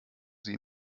sie